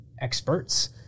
experts